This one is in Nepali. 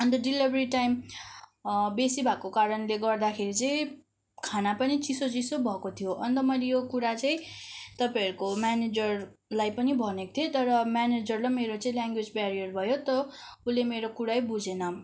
अन्त डेलिभरी टाइम बेसी भएको कारणले गर्दाखेरि चाहिँ खाना पनि चिसो चिसो भएको थियो अन्त मैले यो कुरा चाहिँ तपाईँहरूको म्यानेजरलाई पनि भनेको थिएँ तर म्यानेजर र मेरो चाहिँ ल्याङ्गुवेज बेरियर भयो त उसले मेरो कुरै बुझेन